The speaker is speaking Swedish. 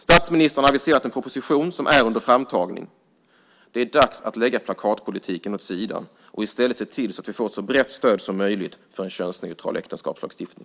Statsministern har aviserat en proposition som är under framtagande. Det är dags att lägga plakatpolitiken åt sidan och i stället se till att vi får ett så brett stöd som möjligt för en könsneutral äktenskapslagstiftning.